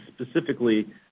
specifically